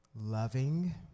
loving